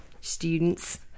Students